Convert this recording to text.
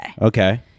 Okay